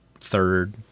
third